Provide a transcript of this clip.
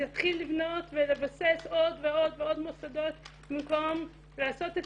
להתחיל לבנות ולבסס עוד ועוד ועוד מוסדות במקום לעשות את